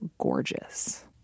gorgeous